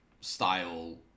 style